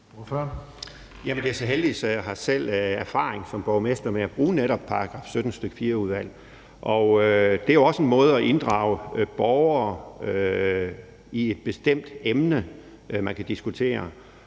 det er så heldigt, at jeg selv har erfaring som borgmester med at bruge netop § 17, stk. 4-udvalg. Det er jo også en måde at inddrage borgere i et bestemt emne, som man kan diskutere.